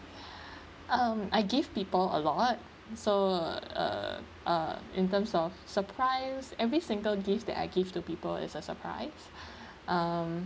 um I give people a lot so uh uh in terms of surprise every single gifts that I give to people is a surprise um